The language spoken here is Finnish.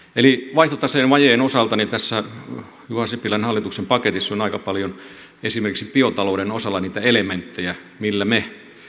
vaihtotaseen vajeen osalta tässä juha sipilän hallituksen paketissa on aika paljon esimerkiksi biotalouden osalla niitä elementtejä millä me